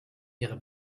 ihre